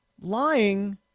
lying